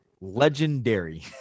legendary